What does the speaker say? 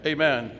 Amen